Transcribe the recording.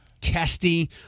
testy